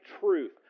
truth